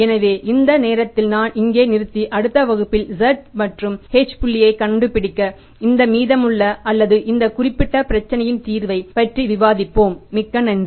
எனவே இந்த நேரத்தில் நான் இங்கே நிறுத்தி அடுத்த வகுப்பில் z மற்றும் h புள்ளியைக் கண்டுபிடிக்க இந்த மீதமுள்ள அல்லது இந்த குறிப்பிட்ட பிரச்சினையின் தீர்வைப் பற்றி விவாதிப்போம் மிக்க நன்றி